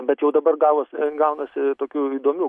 bet jau dabar gavos gaunasi tokių įdomių